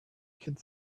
could